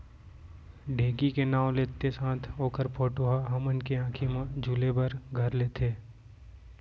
ढेंकी के नाव लेत्ते साथ ओकर फोटो ह हमन के आंखी म झूले बर घर लेथे